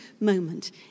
moment